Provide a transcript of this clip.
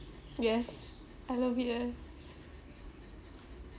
yes I love it eh